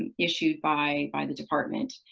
and issued by by the department.